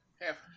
half